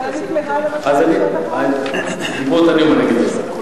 לכן אני תמהה, אני אגמור את הנאום, אני אגיד לך.